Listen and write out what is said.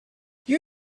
you